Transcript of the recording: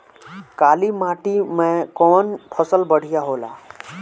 काली माटी मै कवन फसल बढ़िया होला?